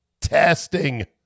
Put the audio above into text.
testing